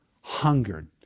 hungered